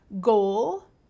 Goal